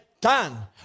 done